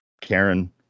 Karen